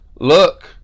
Look